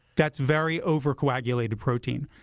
that's very over-coagulated protein.